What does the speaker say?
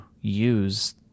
use